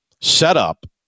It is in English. setup